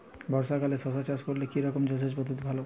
বর্ষাকালে শশা চাষ করলে কি রকম জলসেচ পদ্ধতি ভালো?